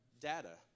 Data